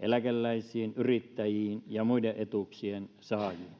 eläkeläisiin yrittäjiin ja muiden etuuksien saajiin